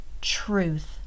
truth